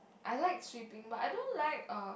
I like sweeping but I don't like um